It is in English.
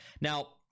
Now